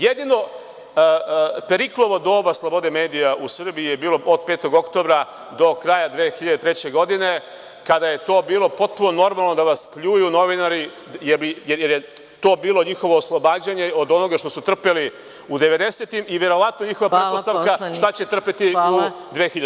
Jedino Periklovo doba slobode medija u Srbiji je bilo od 5. oktobra do kraja 2003. godine, kada je bilo potpuno normalno da vas pljuju novinari, jer je to bilo njihovo oslobađanje od onoga što su trpeli 90-ih i verovatno njihova pretpostavka šta će trpeti u dvehiljaditim.